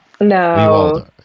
No